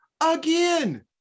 again